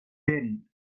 برین